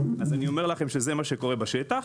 זה מה שקורה בשטח.